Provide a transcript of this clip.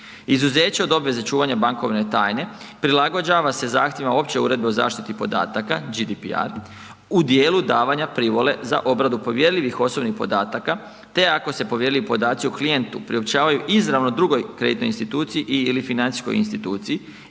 Izuzeće od obveze čuvanja bankovne tajne prilagođava se zahtjevima opće uredbe o zaštiti podataka, GDPR, u djelu davanja privole za obradu povjerljivih osobnih podataka te ako se povjerljivi podaci o klijentu priopćavaju izravno drugoj kreditnoj instituciji i/ili financijskoj instituciji